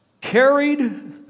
Carried